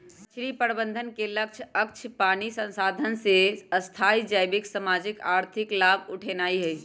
मछरी प्रबंधन के लक्ष्य अक्षय पानी संसाधन से स्थाई जैविक, सामाजिक, आर्थिक लाभ उठेनाइ हइ